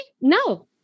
No